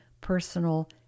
personal